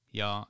ja